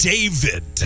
David